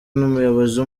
n’umuyobozi